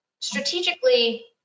strategically